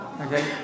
okay